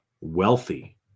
wealthy